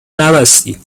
نبستی